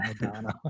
Madonna